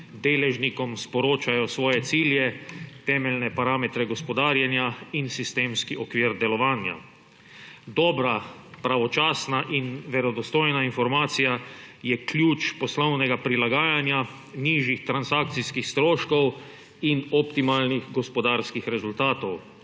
deležnikom sporočajo svoje cilje, temeljne parametre gospodarjenja in sistemski okvir delovanja. Dobra, pravočasna in verodostojna informacija je ključ poslovnega prilagajanja nižjih transakcijskih stroškov in optimalnih gospodarskih rezultatov.